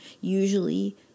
Usually